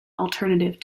alternative